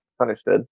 Understood